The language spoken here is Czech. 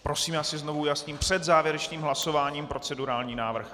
Prosím, já si znovu ujasním: před závěrečným hlasováním procedurální návrh.